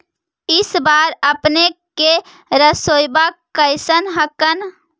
इस बार अपने के सरसोबा कैसन हकन?